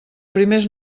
primers